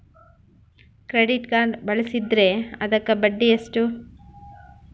Credit card ಬಳಸಿದ್ರೇ ಅದಕ್ಕ ಬಡ್ಡಿ ಎಷ್ಟು?